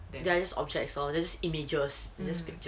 they're just objects hor all just images in this picture